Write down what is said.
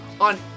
on